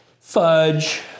fudge